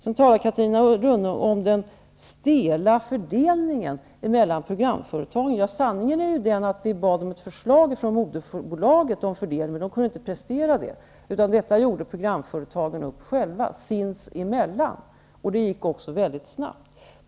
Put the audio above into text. Catarina Rönnung talade om den stela fördelningen mellan programföretagen. Sanningen är att vi bad om ett förslag till fördelning från moderbolaget, men man kunde inte prestera det, utan detta gjorde programföretagen upp själva sinsemellan, och det gick också mycket snabbt.